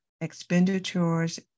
expenditures